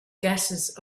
gases